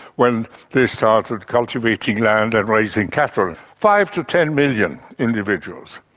when they started cultivating land and raising cattle, five to ten million individuals.